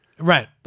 Right